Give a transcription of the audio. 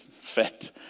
fat